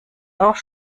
auch